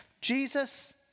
Jesus